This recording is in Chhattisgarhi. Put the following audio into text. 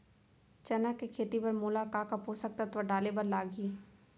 चना के खेती बर मोला का का पोसक तत्व डाले बर लागही?